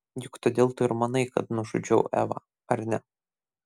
juk todėl tu ir manai kad nužudžiau evą ar ne